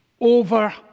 Over